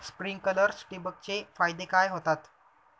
Sprinklers ठिबक चे फायदे काय होतात?